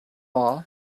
all